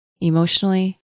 emotionally